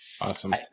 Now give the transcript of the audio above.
Awesome